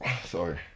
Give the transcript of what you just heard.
sorry